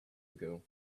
ago